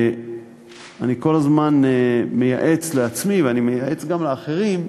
ואני כל הזמן מייעץ לעצמי, ואני מייעץ גם לאחרים,